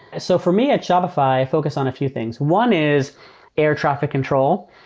so for me, at shopify, focus on a few things. one is air traffic control.